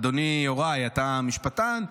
אדוני יוראי, אתה משפטן.